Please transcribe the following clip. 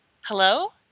Hello